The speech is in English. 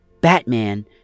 Batman